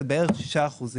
עכשיו.